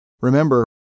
Remember